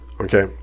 okay